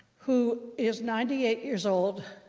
who is ninety eight years old,